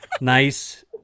nice